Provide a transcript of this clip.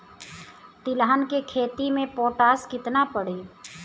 तिलहन के खेती मे पोटास कितना पड़ी?